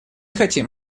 хотим